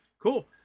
Cool